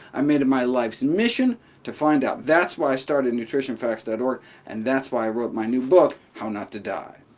i made it my life's mission to find out. that's why i started nutritionfacts and org, and that's why i wrote my new book, how not to die.